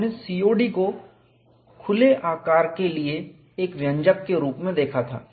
हमने COD को खुले क्रैक के आकार के लिए एक व्यंजक के रूप में देखा था